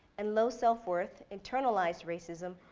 and low self-worth, internalized racism,